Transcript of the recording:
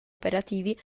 operativi